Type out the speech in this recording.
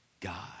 God